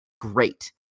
great